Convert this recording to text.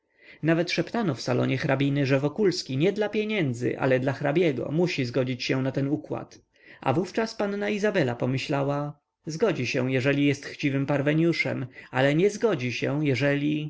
nawet szeptano w salonie hrabiny że wokulski nie dla pieniędzy ale dla hrabiego musi zgodzić się na ten układ a wówczas panna izabela pomyślała zgodzi się jeżeli jest chciwym parweniuszem ale nie zgodzi się jeżeli